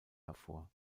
hervor